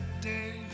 day